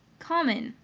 common,